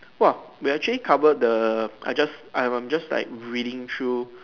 !wah! we actually covered the I just I am just like reading through